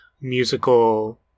musical